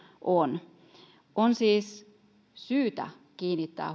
on on siis syytä kiinnittää